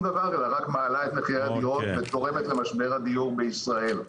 דבר אלא רק מעלה את מחירי הדירות ותורמת למשבר הדיור בישראל.